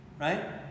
Right